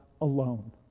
alone